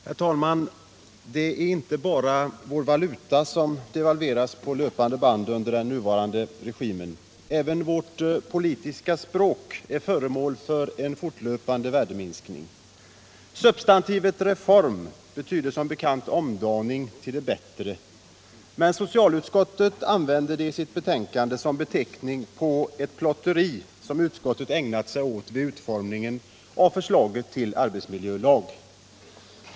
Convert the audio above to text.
Herr talman! Det är inte bara vår valuta som devalveras på löpande band under den nuvarande regimen — även vårt politiska språk är föremål för en fortlöpande värdeminskning. Substantivet reform betyder som bekant omdaning till det bättre. Men socialutskottet använder det i sitt betänkande 1977/78:1 som beteckning på det plotter som utskottet ägnat sig åt vid utformningen av förslaget till arbetsmiljölag.